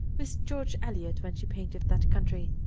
with george eliot, when she painted that country,